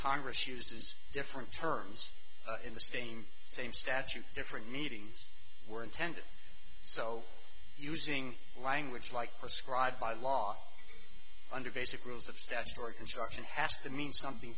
congress uses different terms in the same same statute different meetings were intended so using language like prescribed by law under basic rules of statutory construction has to mean something